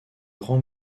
grand